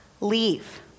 leave